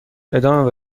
ادامه